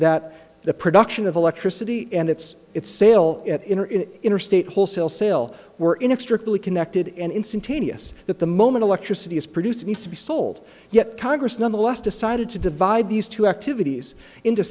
that the production of electricity and its its sale at interstate wholesale sale were inextricably connected and instantaneous that the moment electricity is produced needs to be sold yet congress nonetheless decided to divide these two activities into